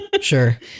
Sure